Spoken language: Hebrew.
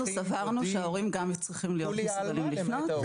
אנחנו סברנו שההורים גם צריכים להיות מסוגלים לפנות.